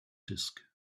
disk